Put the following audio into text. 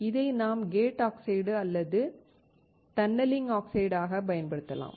இதை நாம் gate oxide அல்லது டன்னலிங் ஆக்சைடுகளாகப் பயன்படுத்தலாம்